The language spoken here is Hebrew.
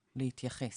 להתייחס.